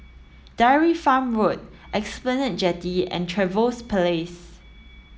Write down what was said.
Dairy Farm Road Esplanade Jetty and Trevose Place